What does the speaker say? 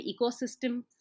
ecosystem